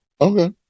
Okay